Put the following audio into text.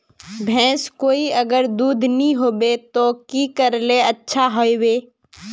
भैंस कोई अगर दूध नि होबे तो की करले ले अच्छा होवे?